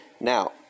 Now